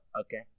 okay